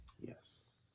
Yes